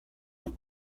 have